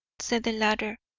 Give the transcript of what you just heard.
said the latter,